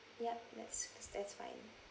yup that's that's that fine